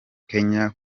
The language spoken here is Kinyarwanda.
kenya